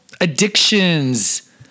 addictions